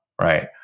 right